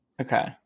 okay